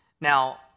Now